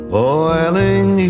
boiling